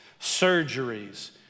surgeries